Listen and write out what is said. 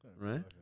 right